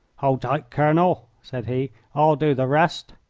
hold tight, colonel, said he, i'll do the rest.